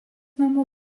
namų